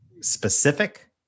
specific